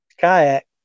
kayak